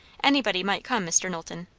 anybody might come, mr. knowlton.